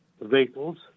vehicles